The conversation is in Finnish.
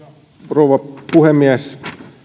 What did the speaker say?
rouva puhemies